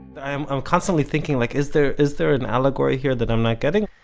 i'm i'm constantly thinking like is there is there an allegory here that i'm not getting?